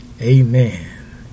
amen